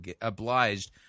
obliged